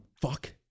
fuck